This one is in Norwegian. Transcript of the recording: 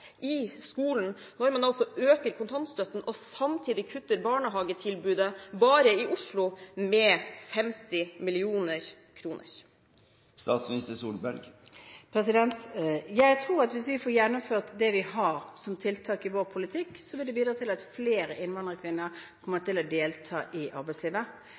i skolen når man øker kontantstøtten og samtidig kutter barnehagetilbudet – bare i Oslo med 50 mill. kr. Jeg tror at hvis vi får gjennomført det vi har som tiltak i vår politikk, vil det bidra at flere innvandrerkvinner kommer til å delta i arbeidslivet.